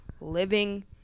living